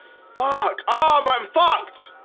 fuck ah um i'm fucked.